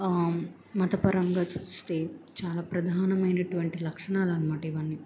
మతపరంగా చూస్తే చాలా ప్రధానమైనటువంటి లక్షణాలు అనమాట ఇవన్నీ